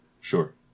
sure